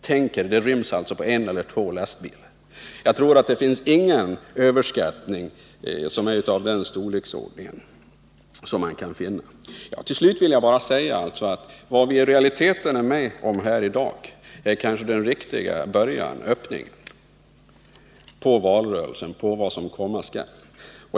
Tänk er, det ryms alltså på en eller två lastbilar. Man kan nog inte finna någon annan överskattning av den storleksordningen. Till slut: Vad vi i realiteten är med om här i dag är kanske den riktiga början på valrörelsen, på vad som komma skall.